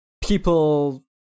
people